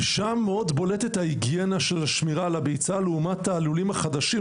ושם מאוד בולטת ההיגיינה של השמירה על הביצה לעומת הלולים החדשים,